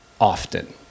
often